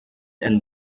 and